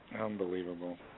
Unbelievable